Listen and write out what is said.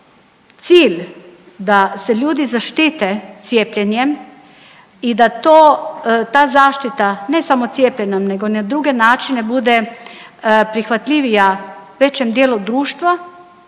cilj da se ljudi zaštite cijepljenjem i da ta zaštita ne samo cijepljenjem nego na druge načine bude prihvatljivija većem dijelu društva